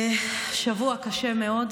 שבוע קשה מאוד.